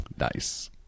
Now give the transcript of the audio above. nice